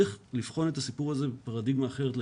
צריך לבחון את הסיפור הזה בפרדיגמה אחרת לגמרי.